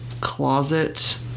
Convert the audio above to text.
closet